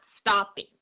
stopping